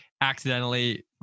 accidentally